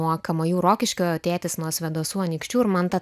nuo kamajų rokiškio tėtis nuo svėdasų anykščių ir man ta